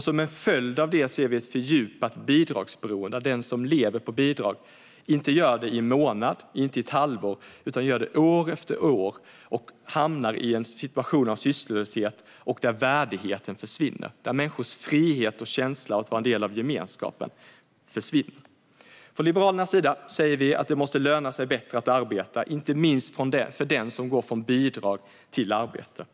Som en följd av detta ser vi ett fördjupat bidragsberoende, att den som lever på bidrag inte gör det i en månad eller ett halvår utan år efter år och hamnar i en situation av sysslolöshet där värdigheten försvinner. Människors frihet och känsla av att vara en del av gemenskapen försvinner. Liberalerna säger att det måste löna sig bättre att arbeta, inte minst för den som går från bidrag till arbete.